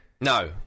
No